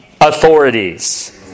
authorities